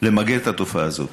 למגר את התופעה הזאת.